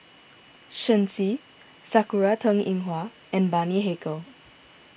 Shen Xi Sakura Teng Ying Hua and Bani Haykal